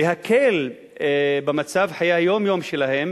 להקל במצב חיי היום-יום שלהם,